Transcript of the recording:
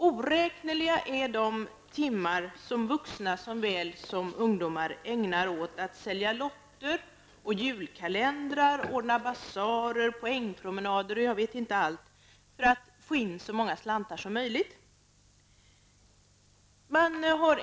Oräkneliga är de timmar som vuxna såväl som ungdomar ägnar åt att sälja lotter och julkalendrar, ordna basarer, poängpromenader och jag vet inte allt, för att få in så många slantar som möjligt.